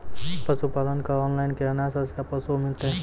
पशुपालक कऽ ऑनलाइन केना सस्ता पसु मिलतै?